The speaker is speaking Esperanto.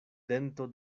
dento